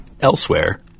Elsewhere